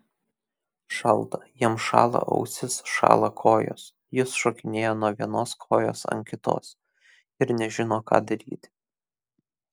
šalta jam šąla ausys šąla kojos jis šokinėja nuo vienos kojos ant kitos ir nežino ką daryti